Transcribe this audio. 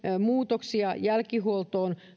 muutoksia jälkihuoltoon